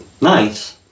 Nice